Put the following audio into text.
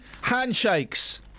handshakes